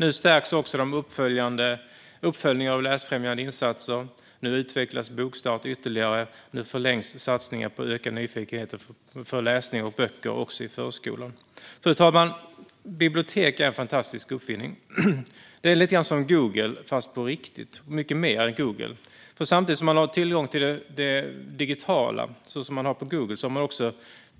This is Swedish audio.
Nu stärks också uppföljning av läsfrämjande insatser, nu utvecklas Bokstart ytterligare och nu förlängs satsningen på att öka nyfikenheten för läsning av böcker också i förskolan. Fru talman! Bibliotek är en fantastisk uppfinning. Det är lite grann som Google fast på riktigt - mycket mer än Google. Samtidigt som man har tillgång till det digitala, Google, har man också